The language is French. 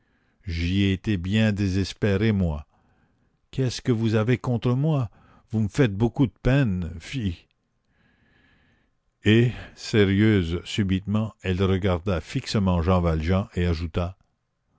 j'y ai été bien désespérée moi qu'est-ce que vous avez contre moi vous me faites beaucoup de peine fi et sérieuse subitement elle regarda fixement jean valjean et ajouta